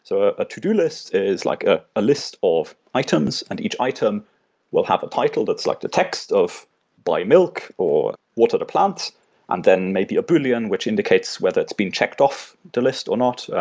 so a a to-do list is like a a list of items, and each item will have a title that's like a text of boil milk, or water the plant and then maybe a bouillon, which indicates whether it's been checked off the list or not,